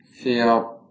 feel